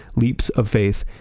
leaps of faith.